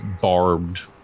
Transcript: barbed